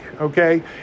okay